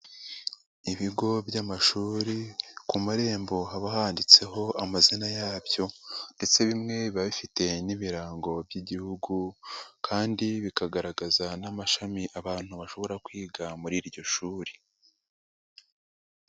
Ibigo by'amashuri ku marembo haba handitseho amazina yabyo ndetse bimwe biba bifite n'ibirango by'igihugu kandi bikagaragaza n'amashami abantu bashobora kwiga muri iryo shuri.